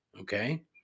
okay